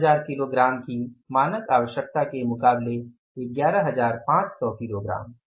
10000 kilogram की मानक आवश्यकता के मुकाबले 11500 किलोग्राम